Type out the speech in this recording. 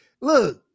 look